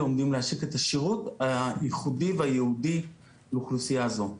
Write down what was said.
עומדים להשיק את השירות הייחודי והייעודי לאוכלוסייה זו.